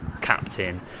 captain